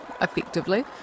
effectively